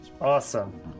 awesome